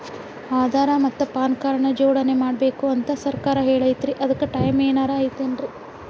ಆಧಾರ ಮತ್ತ PAN card ನ ಜೋಡಣೆ ಮಾಡ್ಬೇಕು ಅಂತಾ ಸರ್ಕಾರ ಹೇಳೈತ್ರಿ ಅದ್ಕ ಟೈಮ್ ಏನಾರ ಐತೇನ್ರೇ?